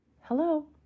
Hello